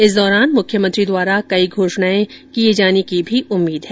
इस दौरान मुख्यमंत्री द्वारा कई घोषणाएं की जाने की भी उम्मीद है